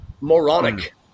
moronic